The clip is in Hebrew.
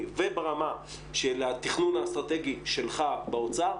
וברמה של התכנון האסטרטגי שלך באוצר,